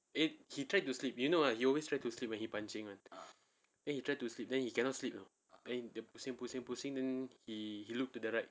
then he tried to sleep you know ah he always try to sleep when he pancing [one] then he try to sleep then he cannot sleep know then dia pusing pusing pusing then he he looked to the right